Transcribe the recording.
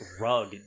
rug